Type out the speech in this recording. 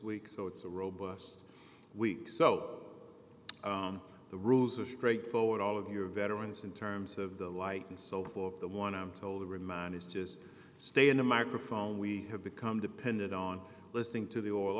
week so it's a robust week so the rules are straight forward all of your veterans in terms of the light and so forth the one i'm told to remind is just stay in a microphone we have become dependent on listening to the